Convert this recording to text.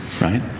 right